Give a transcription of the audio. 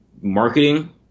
marketing